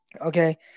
Okay